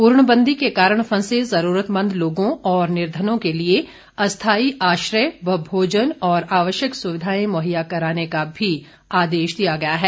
पूर्णबंदी के कारण फंसे जरूरतमंद लोगों और निर्धनों के लिए अस्थायी आश्रय व भोजन और आवश्यक सुविधाएं मुहैया कराने का भी आदेश दिया गया है